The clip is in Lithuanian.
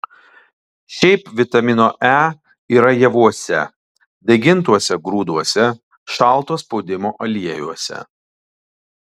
šiaip vitamino e yra javuose daigintuose grūduose šalto spaudimo aliejuose